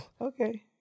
Okay